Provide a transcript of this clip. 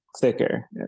thicker